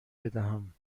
بدهم